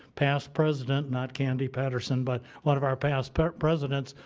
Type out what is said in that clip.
past president, not candy patterson, but one of our past past presidents,